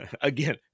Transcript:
again